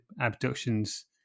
abductions